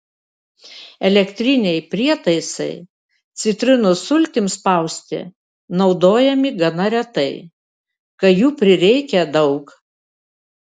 elektriniai prietaisai citrinų sultims spausti naudojami gana retai kai jų prireikia daug